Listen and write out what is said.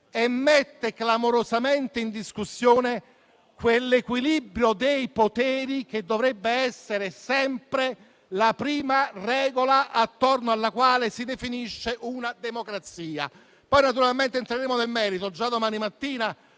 mettendo clamorosamente in discussione quell'equilibrio dei poteri che dovrebbe essere sempre la prima regola attorno alla quale si definisce una democrazia. Poi, naturalmente, entreremo nel merito già domani mattina,